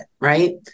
Right